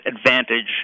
advantage